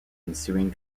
ensuing